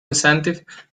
incentive